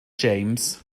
james